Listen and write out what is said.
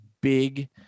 big